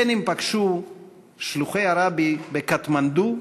בין שפגשו את שלוחי הרבי בקטמנדו,